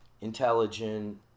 intelligent